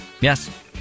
Yes